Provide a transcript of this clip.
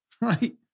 right